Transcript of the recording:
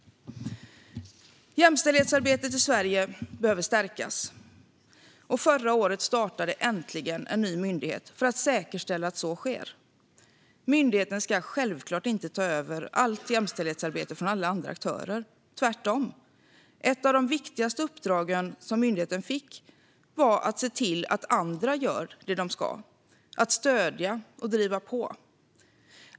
Jämställdhetsarbetet i Sverige behöver stärkas. Förra året startade äntligen en ny myndighet för att säkerställa att så sker. Myndigheten ska självklart inte ta över allt jämställdhetsarbete från alla andra aktörer - tvärtom. Ett av de viktigaste uppdrag som myndigheten fick var att se till att andra gör det de ska, att stödja och att driva på.